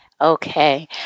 Okay